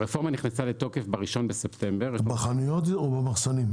הרפורמה נכנסה לתוקף ב-1 בספטמבר --- זה בחנויות או במחסנים?